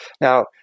Now